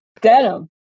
denim